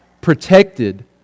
protected